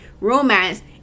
romance